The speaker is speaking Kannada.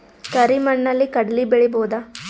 ಕರಿ ಮಣ್ಣಲಿ ಕಡಲಿ ಬೆಳಿ ಬೋದ?